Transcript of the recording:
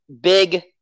big